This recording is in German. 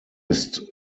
ist